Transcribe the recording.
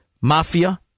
mafia